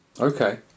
Okay